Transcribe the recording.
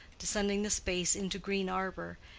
descending the space into green arbor,